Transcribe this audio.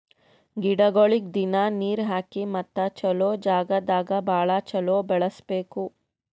ಗಿಡಗೊಳಿಗ್ ದಿನ್ನಾ ನೀರ್ ಹಾಕಿ ಮತ್ತ ಚಲೋ ಜಾಗ್ ದಾಗ್ ಭಾಳ ಚಲೋ ಬೆಳಸಬೇಕು